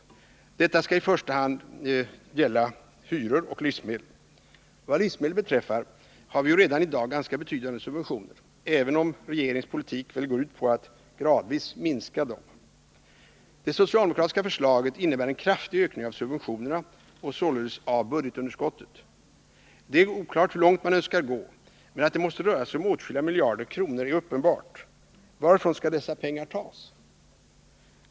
Prisstoppet skall i första hand gälla hyror och livsmedel. Vad livsmedel beträffar har vi ju redan i dag ganska betydande subventioner, även om regeringens politik väl går ut på att gradvis minska dessa. Det socialdemokratiska förslaget innebär en kraftig ökning av subventionerna och sålunda av budgetunderskottet. Det är oklart hur långt socialdemokraterna önskar gå, men att det måste röra sig om åtskilliga miljarder kronor är uppenbart. Varifrån skall dessa pengar tas?